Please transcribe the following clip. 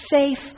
safe